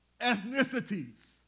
ethnicities